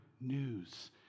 news